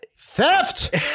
theft